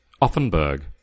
Offenburg